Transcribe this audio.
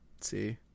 See